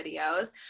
videos